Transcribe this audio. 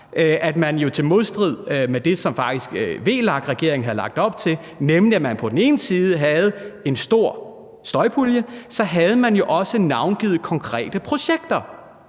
at man er i modstrid med det, som VLAK-regeringen faktisk havde lagt op til, nemlig at man på den ene side havde en stor støjpulje og på den anden side jo også havde navngivet konkrete projekter.